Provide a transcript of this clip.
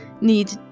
Need